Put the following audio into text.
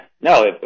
no